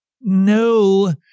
No